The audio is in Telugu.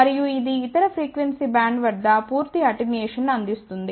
మరియు ఇది ఇతర ఫ్రీక్వెన్సీ బ్యాండ్ వద్ద పూర్తి అటెన్యుయేషన్ను అందిస్తుంది